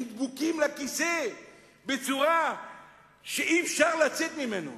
הם דבוקים לכיסא בצורה שאי-אפשר לצאת ממנה.